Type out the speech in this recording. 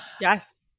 Yes